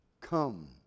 come